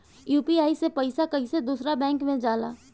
UPI से पैसा कैसे दूसरा बैंक मे जाला?